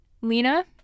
Lena